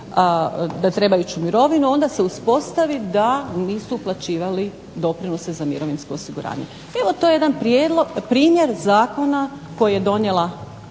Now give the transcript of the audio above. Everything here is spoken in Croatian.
da trebaju ići u mirovinu onda se ispostavi da nisu uplaćivali doprinose za mirovinsko osiguranje. Evo to je jedan primjer zakona koji je donijela